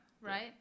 Right